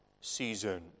season